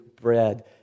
bread